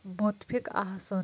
مُتفِق آسُن